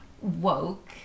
woke